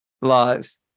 lives